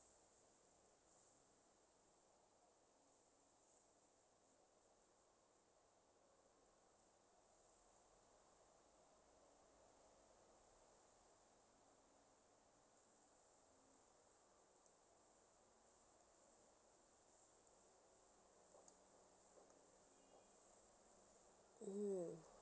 mm